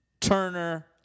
Turner